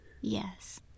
yes